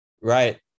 Right